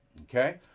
okay